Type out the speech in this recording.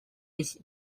its